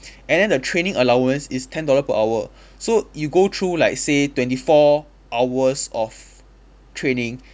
and then the training allowance is ten dollar per hour so you go through like say twenty four hours of training